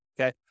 Okay